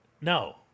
no